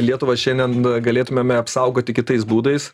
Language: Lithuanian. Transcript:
lietuvą šiandien galėtumėme apsaugoti kitais būdais